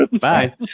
Bye